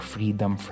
Freedom